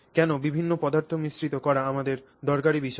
কেন বিভিন্ন পদার্থ মিশ্রিত করা আমাদের দরকারি বিষয়